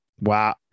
Wow